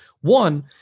one